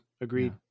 Agreed